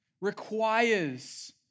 requires